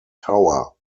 tower